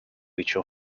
mutual